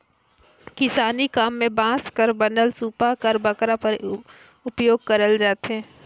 किसानी काम मे बांस कर बनल सूपा कर बगरा उपियोग करल जाथे